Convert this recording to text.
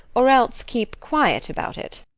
or else keep quiet about it.